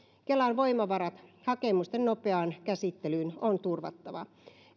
kelan voimavarat hakemusten nopeaan käsittelyyn on turvattava